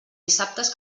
dissabtes